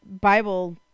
Bible